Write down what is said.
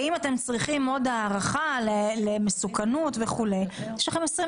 ואם אתם צריכים עוד הערכה למסוכנות וכו' יש לכם 28